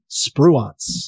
Spruance